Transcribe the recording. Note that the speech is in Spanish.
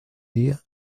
día